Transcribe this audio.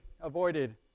avoided